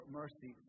mercy